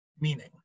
meaning